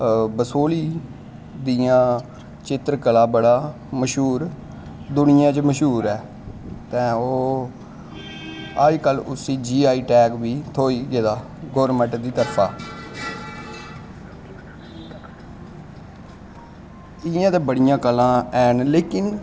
बसोली दियां चित्तरकला बड़ा मश्हूर दुनियां चमश्हूर ऐ ते ओह् अज कल उसी जी आई टैग बी थ्होई गेदा गौरमैंट दी तरफा दा इयां ते बड़ियां कलां हैन लेकिन